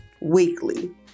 weekly